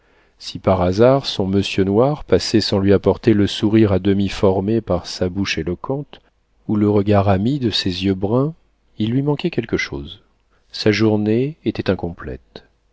si par hasard son monsieur noir passait sans lui apporter le sourire à demi formé par sa bouche éloquente ou le regard ami de ses yeux bruns il lui manquait quelque chose sa journée était incomplète